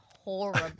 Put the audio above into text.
horrible